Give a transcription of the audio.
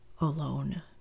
alone